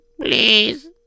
Please